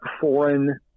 foreign